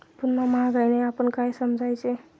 पुन्हा महागाईने आपण काय समजायचे?